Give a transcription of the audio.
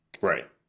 Right